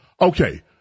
Okay